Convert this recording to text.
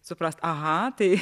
suprast aha tai